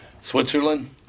Switzerland